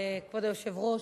כבוד היושב-ראש,